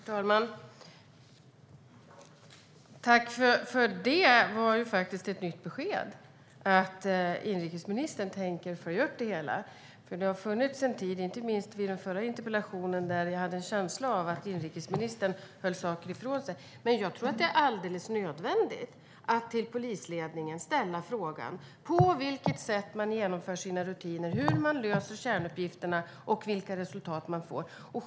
Herr talman! Tack för det. Det var faktiskt ett nytt besked att inrikesministern tänker följa upp det hela. Det har funnits en tid, vilket framkom inte minst under den förra interpellationsdebatten, där jag hade en känsla av att inrikesministern höll saker ifrån sig. Jag tror att det är alldeles nödvändigt att till polisledningen ställa frågan om på vilket sätt man genomför sina rutiner, hur man löser kärnuppgifterna och vilka resultat man får.